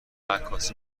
عکاسی